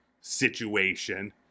situation